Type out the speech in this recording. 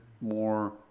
more